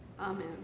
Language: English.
Amen